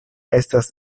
estas